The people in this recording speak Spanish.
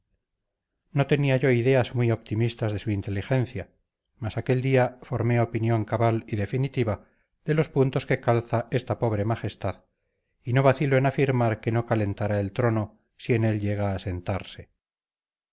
no tenía yo ideas muy optimistas de su inteligencia mas aquel día formé opinión cabal y definitiva de los puntos que calza esta pobre majestad y no vacilo en afirmar que no calentará el trono si en él llega a sentarse